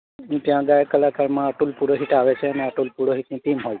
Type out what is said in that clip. ને ત્યાં ગાયક કલાકારમાં અતુલ પુરોહિત આવે છે અને અતુલ પુરોહિતની ટીમ હોય છે